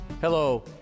Hello